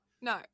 no